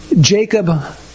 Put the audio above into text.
Jacob